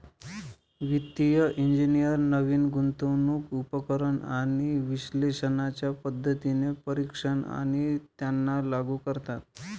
वित्तिय इंजिनियर नवीन गुंतवणूक उपकरण आणि विश्लेषणाच्या पद्धतींचे परीक्षण आणि त्यांना लागू करतात